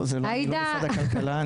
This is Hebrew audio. אני לא במשרד הכלכלה.